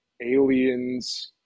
aliens